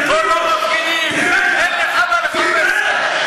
תתבייש ותרכין ראש,